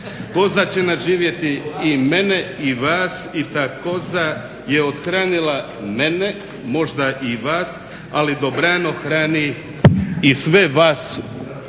koza će nadživjeti i mene i vas i ta koza je othranila mene, možda i vas, ali dobrano hrani i sve vas